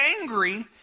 angry